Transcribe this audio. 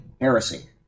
heresy